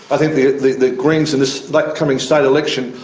i think the the greens in this like upcoming state election,